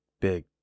big